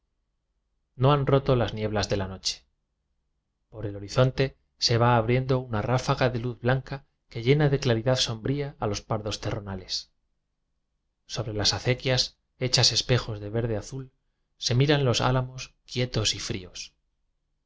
o han roto las nieblas de la noche por el horizonte se va abriendo una ráfaga de luz blanca que llena de claridad sombría a los pardos íerronales sobre las acequias hechas espejos de verde azul se miran los álamos quietos y fríos